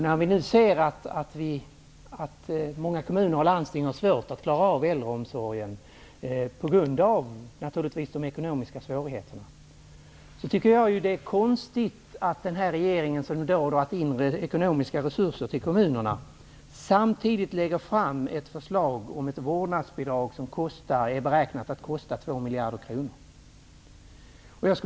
När vi ser att många kommuner och landsting har svårt att klara av äldreomsorgen, naturligtvis på grund av de ekonomiska svårigheterna, tycker jag att det är konstigt att denna regering, som har dragit in ekonomiska resurser från kommunerna, samtidigt lägger fram förslag om ett vårdnadsbidrag som är beräknat att kosta 2 miljarder kronor.